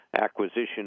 acquisition